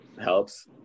helps